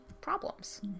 problems